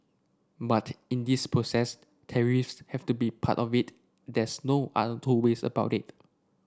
but in this process tariffs have to be part of it there's no other two ways about it